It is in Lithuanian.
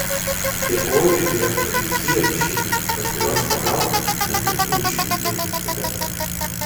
dėkoju direktorei kievišienei be kurios pagalbos nebūtume išvykę į tibetą